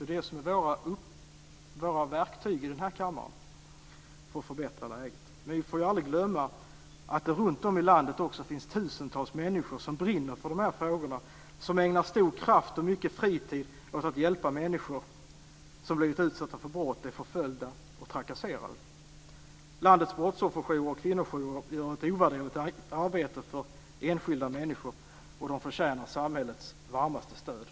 Det är också det som är våra verktyg i den här kammaren för att förbättra läget. Men vi får aldrig glömma att det runtom i landet också finns tusentals människor som brinner för dessa frågor och som ägnar stor kraft och mycket fritid åt att hjälpa människor som blivit utsatta för brott, är förföljda och trakasserade. Landets brottsofferjourer och kvinnojourer gör ett ovärderligt arbete för enskilda människor, och de förtjänar samhällets varmaste stöd.